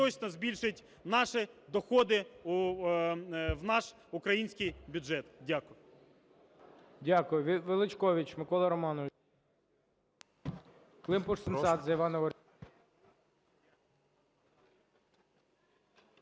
точно збільшить наші доходи в наш український бюджет. Дякую.